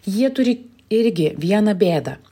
jie turi irgi vieną bėdą